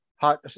Hot